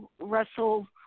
Russell